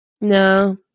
No